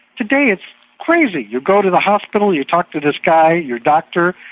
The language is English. today it's crazy, you go to the hospital, you talk to this guy, your doctor,